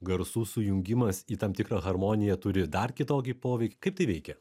garsų sujungimas į tam tikrą harmoniją turi dar kitokį poveikį kaip tai veikia